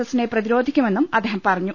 എസിനെ പ്രതിരോധിക്കുമെന്നും അദ്ദേഹം പറഞ്ഞു